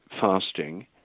Fasting